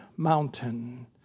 Mountain